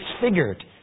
disfigured